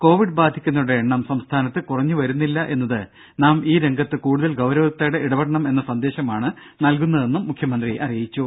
Covid ബാധിക്കുന്നവരുടെ എണ്ണം സംസ്ഥാനത്ത് കുറഞ്ഞുവരുന്നില്ല എന്നത് നാം ഈരംഗത്ത് കൂടുതൽ ഗൌരവത്തോടെ ഇടപെടണം എന്ന സന്ദേശമാണ് നൽകുന്നതെന്ന് മുഖ്യമന്ത്രി അറിയിച്ചു